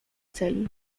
celi